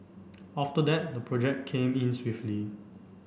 after that the project came in swiftly